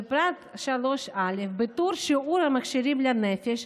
ובפרט 3(א), בטור "שיעור המכשירים לנפש",